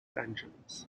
angeles